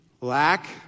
lack